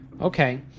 okay